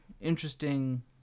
interesting